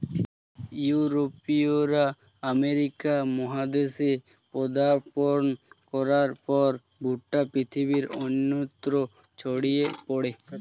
ইউরোপীয়রা আমেরিকা মহাদেশে পদার্পণ করার পর ভুট্টা পৃথিবীর অন্যত্র ছড়িয়ে পড়ে